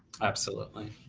absolutely.